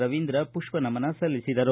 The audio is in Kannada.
ರವೀಂದ್ರ ಪುಷ್ಪನಮನ ಸಲ್ಲಿಸಿದರು